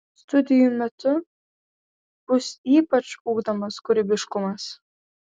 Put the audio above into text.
studijų metu bus ypač ugdomas kūrybiškumas